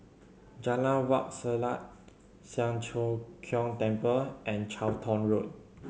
Jalan Wak Selat Siang Cho Keong Temple and Charlton Road